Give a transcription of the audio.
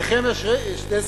נחמיה שטרסלר,